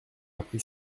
appris